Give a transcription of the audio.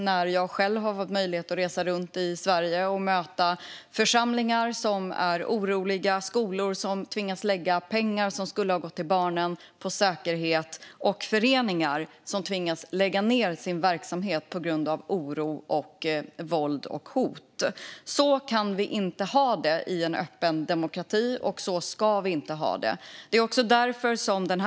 Jag har själv fått möjlighet att resa runt i Sverige och möta församlingar som är oroliga, skolor som tvingas lägga pengar som skulle ha gått till barnen på säkerhet och föreningar som tvingas lägga ned sin verksamhet på grund av oro, våld och hot. Så kan vi inte ha det i en öppen demokrati, och så ska vi inte ha det.